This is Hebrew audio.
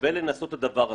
ושווה לנסות את הדבר הזה.